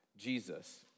Jesus